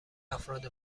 افراد